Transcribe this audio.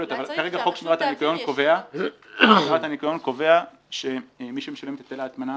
אבל כרגע חוק שמירת הניקיון קובע שמי שמשלם את היטל ההטמנה,